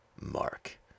Mark